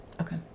Okay